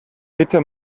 bitte